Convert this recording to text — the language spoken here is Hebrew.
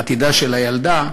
עתידה של הילדה,